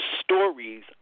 stories